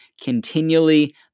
continually